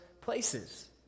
places